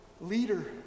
leader